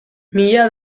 mila